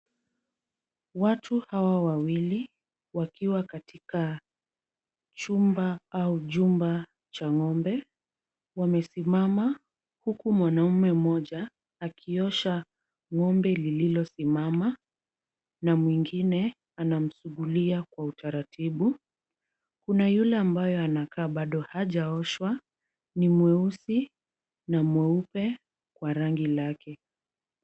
Watu hawa wawili wakiwa katika chumba au jumba la ng'ombe wamesimama huku mwanaume mmoja akiosha ng'ombe lililosimama na mwingine anamsugulia kwa utaratibu. Kuna yule ambayo anakaa bado hajaoshwa ni mweusi na mweupe kwa rangi lake.